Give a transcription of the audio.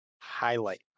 Highlight